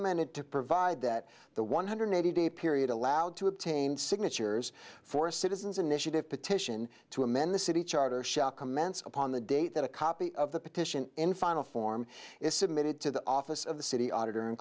amended to provide that the one hundred eighty day period allowed to obtain signatures for a citizens initiative petition to amend the city charter shall commence upon the date that a copy of the petition in final form is submitted to the office of the city auditor and